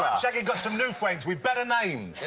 shaggy got some new friends, with better names.